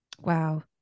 Wow